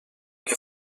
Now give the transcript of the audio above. que